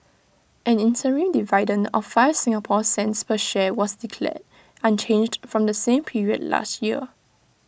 an interim dividend of five Singapore cents per share was declared unchanged from the same period last year